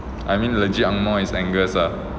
I mean legit ang moh is angus lah